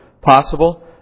possible